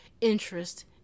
interest